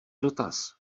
dotaz